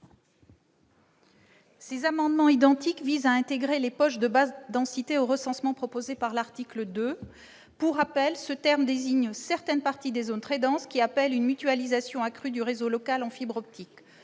Ces amendements identiques visent à intégrer « les poches de basse densité » au recensement proposé par l'article 2. Pour rappel, ce terme désigne certaines parties des zones très denses qui appellent une mutualisation accrue du réseau local en fibre optique.